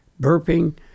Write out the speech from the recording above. burping